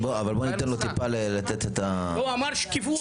בוא ניתן לו טיפה לתת את ה --- הוא אמר שקיפות,